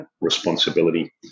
responsibility